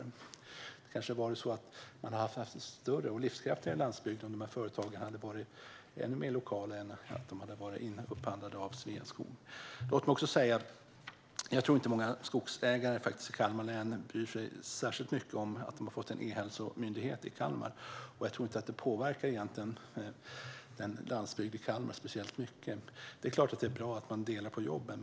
Man hade kanske haft en större och livskraftigare landsbygd om dessa företag hade varit ännu mer lokala än de är när de är upphandlade av Sveaskog. Låt mig också säga att jag inte tror att många skogsägare i Kalmar län bryr sig särskilt mycket om att de har fått en e-hälsomyndighet i Kalmar. Jag tror inte att det påverkar landsbygden i Kalmar speciellt mycket. Det är klart att det är bra att man delar på jobben.